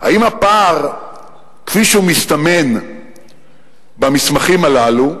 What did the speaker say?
היא האם הפער כפי שהוא מסתמן במסמכים הללו,